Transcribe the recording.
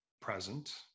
present